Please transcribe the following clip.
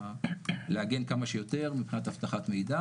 ולהגן כמה שיותר מבחינת אבטחת מידע,